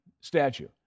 statue